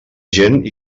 gent